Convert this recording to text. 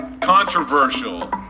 controversial